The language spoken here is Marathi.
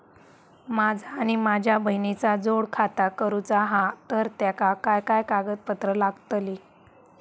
माझा आणि माझ्या बहिणीचा जोड खाता करूचा हा तर तेका काय काय कागदपत्र लागतली?